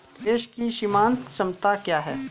निवेश की सीमांत क्षमता क्या है?